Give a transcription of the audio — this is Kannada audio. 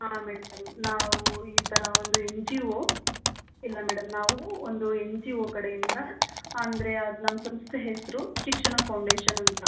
ಹಾಂ ಮೇಡಮ್ ನಾವು ಈ ಥರ ಒಂದು ಎನ್ ಜಿ ಓ ಇಲ್ಲ ಮೇಡಮ್ ನಾವು ಒಂದು ಎನ್ ಜಿ ಓ ಕಡೆಯಿಂದ ಅಂದರೆ ಅದು ನಮ್ದು ಸಂಸ್ಥೆ ಹೆಸರು ಶಿಕ್ಷಣ ಫೌಂಡೇಶನ್ ಅಂತ